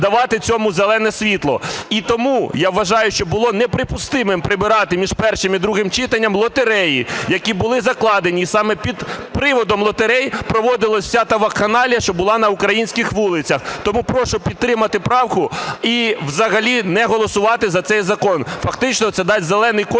І тому, я вважаю, що було неприпустимим прибирати між першим і другим читанням лотереї, які були закладені, і саме під приводом лотерей проводилася вся та вакханалія, що була на українських вулицях. Тому прошу підтримати правку і взагалі не голосувати за цей закон, фактично це дасть "зелений колір"